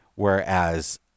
Whereas